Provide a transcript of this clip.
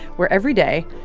where every day,